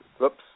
whoops